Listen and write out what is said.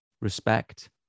respect